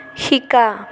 শিকা